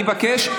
אני מבקש,